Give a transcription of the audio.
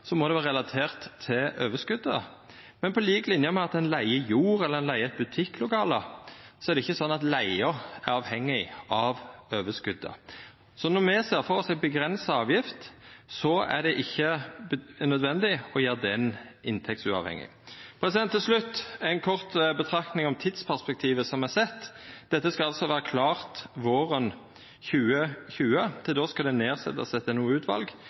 må det vera relatert til overskotet, men på lik linje med at når ein leiger jord eller eit butikklokale, er det ikkje slik at leiga er avhengig av overskotet. Når me ser for oss ei avgrensa avgift, er det ikkje nødvendig å gjera den inntektsuavhengig. Til slutt ei kort betraktning om tidsperspektivet som er sett: Dette skal vera klart våren 2020. Til då skal det setjast ned eit NOU-utval. Dei skal gjennomføra NOU-en. Dei skal senda den